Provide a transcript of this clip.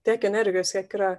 tiek energijos kiek yra